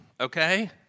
okay